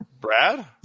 Brad